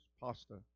pasta